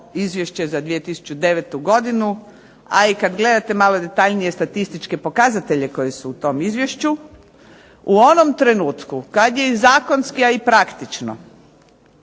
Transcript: Izvješće za 2009. godinu, a i kad gledate malo detaljnije statističke pokazatelje koji su u tom izvješću u onom trenutku kad je i zakonski, a i praktično